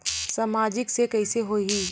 सामाजिक से कइसे होही?